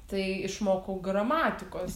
tai išmokau gramatikos